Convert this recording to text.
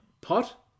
pot